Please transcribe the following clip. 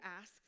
ask